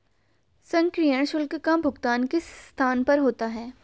सक्रियण शुल्क का भुगतान किस स्थान पर होता है?